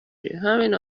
ریهمین